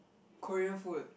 Korean food